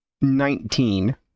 Nineteen